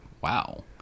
Wow